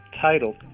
titled